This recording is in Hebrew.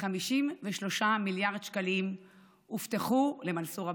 53 מיליארד שקלים הובטחו למנסור עבאס.